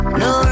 no